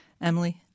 Emily